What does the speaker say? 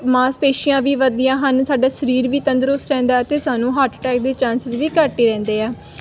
ਮਾਸਪੇਸ਼ੀਆਂ ਵੀ ਵੱਧਦੀਆਂ ਹਨ ਸਾਡਾ ਸਰੀਰ ਵੀ ਤੰਦਰੁਸਤ ਰਹਿੰਦਾ ਅਤੇ ਸਾਨੂੰ ਹਾਰਟ ਅਟੈਕ ਦੇ ਚਾਂਸਿਸ ਵੀ ਘੱਟ ਹੀ ਰਹਿੰਦੇ ਆ